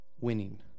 winning